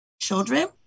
children